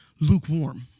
lukewarm